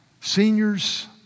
seniors